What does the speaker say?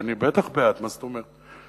אני בטח בעד, מה זאת אומרת?